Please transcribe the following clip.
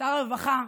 שר הרווחה,